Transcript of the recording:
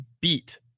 beat